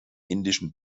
indischen